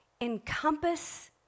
encompass